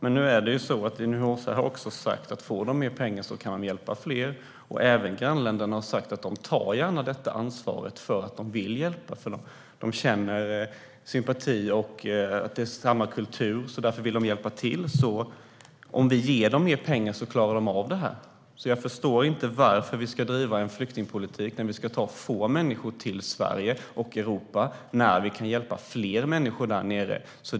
Fru talman! UNHCR har sagt att om de får mer pengar kan de hjälpa fler. Grannländerna har även sagt att de gärna tar detta ansvar. De vill hjälpa, och de känner sympati eftersom det handlar om samma kultur. Därför vill de hjälpa till, och om vi ger dem mer pengar klarar de av detta. Jag förstår inte varför vi ska bedriva en flyktingpolitik där vi ska ta några få människor till Sverige och Europa när vi kan hjälpa många fler människor där nere.